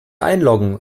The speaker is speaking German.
einloggen